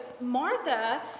Martha